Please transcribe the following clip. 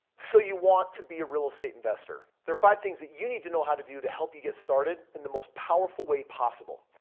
so, you want to be a real estate investor? there are five things that you need to know how to do to help you get started in the most powerful way possible.